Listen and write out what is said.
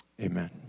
Amen